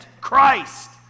Christ